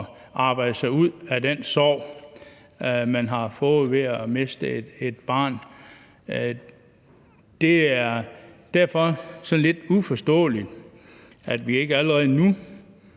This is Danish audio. at arbejde sig ud af den sorg, man har fået ved at miste et barn. Derfor er det sådan lidt uforståeligt, at vi ikke allerede nu